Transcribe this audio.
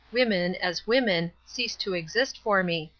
women, as women, cease to exist for me.